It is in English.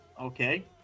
okay